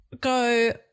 go